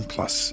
Plus